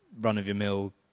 run-of-your-mill